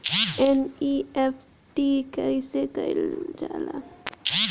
NEFT कइसे कइल जाला?